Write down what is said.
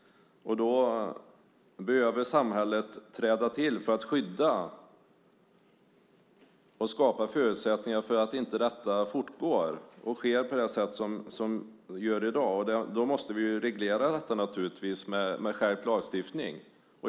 Då behöver samhället träda in för att skydda dessa människor och skapa förutsättningar för att detta inte ska fortgå och ske som i dag. Då måste vi naturligtvis reglera detta genom en skärpt lagstiftning.